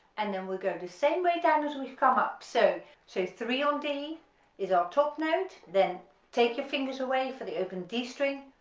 and then we'll go the same way down as we've come up so so three on d is our top note, then take your fingers away for the open d string,